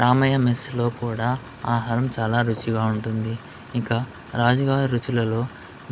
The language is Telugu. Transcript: రామయ్య మెస్లో కూడా ఆహారం చాలా రుచిగా ఉంటుంది ఇంకా రాజు గారు రుచులలో